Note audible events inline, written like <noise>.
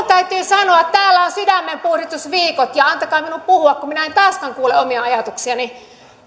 <unintelligible> täytyy sanoa täällä on sydämenpuhdistusviikot antakaa minun puhua kun minä en taaskaan kuule omia ajatuksiani